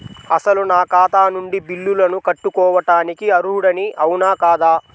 అసలు నా ఖాతా నుండి బిల్లులను కట్టుకోవటానికి అర్హుడని అవునా కాదా?